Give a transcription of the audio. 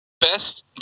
Best